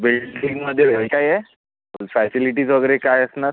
बिल्डिंगमध्ये हे काय आहे फॅसिलिटीज वगैरे काय असणार